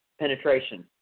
penetration